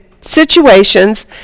situations